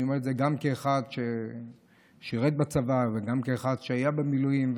אני אומר את זה גם כאחד ששירת בצבא וגם כאחד שהיה במילואים,